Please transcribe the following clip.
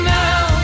now